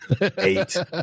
eight